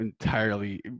entirely